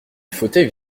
fauteuils